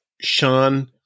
Sean